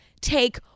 take